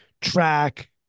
track